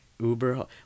Uber